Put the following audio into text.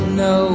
no